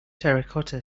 terracotta